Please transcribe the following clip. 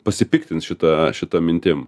pasipiktins šita šita mintim